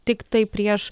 tiktai prieš